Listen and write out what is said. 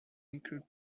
include